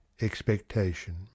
Expectation